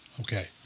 Okay